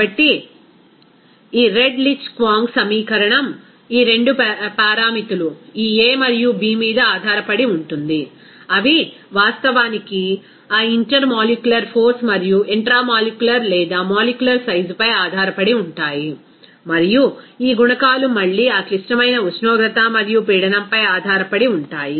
కాబట్టి ఈ Redlich Kwong సమీకరణం ఈ 2 పారామితులు ఈ a మరియు b మీద ఆధారపడి ఉంటుంది అవి వాస్తవానికి ఆ ఇంటర్మోలిక్యులర్ ఫోర్స్ మరియు ఇంట్రామాలిక్యులర్ లేదా మాలిక్యులర్ సైజుపై ఆధారపడి ఉంటాయి మరియు ఈ గుణకాలు మళ్లీ ఆ క్లిష్టమైన ఉష్ణోగ్రత మరియు పీడనంపై ఆధారపడి ఉంటాయి